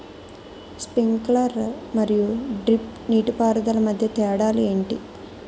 Sprinkler మరియు drip నీటిపారుదల మధ్య తేడాలు ఏంటి?